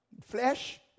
Flesh